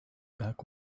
back